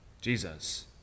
Jesus